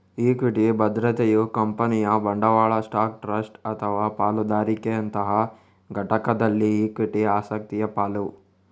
equity ಭದ್ರತೆಯು ಕಂಪನಿಯ ಬಂಡವಾಳ ಸ್ಟಾಕ್, ಟ್ರಸ್ಟ್ ಅಥವಾ ಪಾಲುದಾರಿಕೆಯಂತಹ ಘಟಕದಲ್ಲಿ ಇಕ್ವಿಟಿ ಆಸಕ್ತಿಯ ಪಾಲು